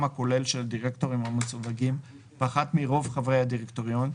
הכולל של הדירקטורים המסווגים פחת מרוב חברי הדירקטוריון,